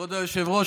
כבוד היושב-ראש,